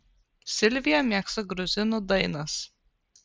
silvija mėgsta gruzinų dainas